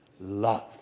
love